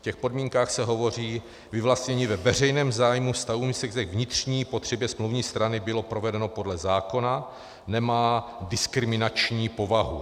V těch podmínkách se hovoří vyvlastnění ve veřejném zájmu vztahujícím se k vnitřní potřebě smluvní strany bylo provedeno podle zákona, nemá diskriminační povahu.